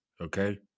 okay